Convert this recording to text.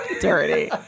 Dirty